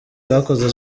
bakoze